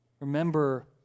Remember